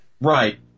Right